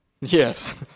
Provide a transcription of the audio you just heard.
Yes